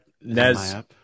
Nez